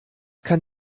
kann